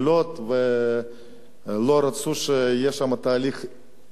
הם לא רצו שיהיה שם תהליך התבוללות,